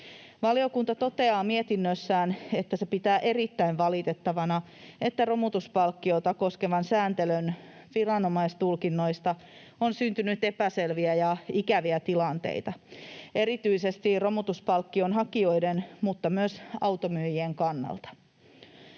Valiokunta toteaa mietinnössään, että se pitää erittäin valitettavana, että romutuspalkkiota koskevan sääntelyn viranomaistulkinnoista on syntynyt epäselviä ja ikäviä tilanteita erityisesti romutuspalkkion hakijoiden mutta myös automyyjien kannalta.